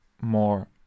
more